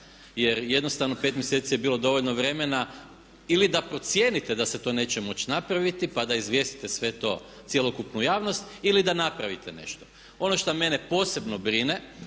jer jednostavno pet mjeseci je bilo dovoljno vremena ili da procijenite da se to neće moći napraviti pa da izvjestite to cjelokupnu javnost ili da napravite nešto. Ono što mene posebno brine